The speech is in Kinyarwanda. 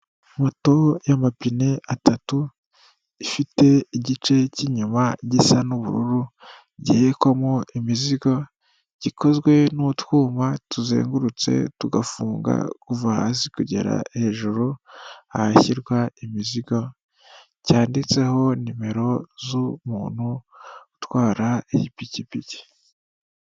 Moto y'amapine atatu, ifite igice cy'inyuma gisa n'ubururu gihekwamo imizigo, gikozwe n'utwuma tuzengurutse tugafunga kuva hasi kugera hejuru, ahashyirwa imizigo cyanditseho nimero z'umuntu utwara ipikipiki.